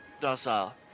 docile